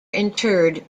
interred